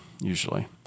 usually